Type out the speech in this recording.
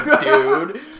dude